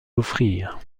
offrir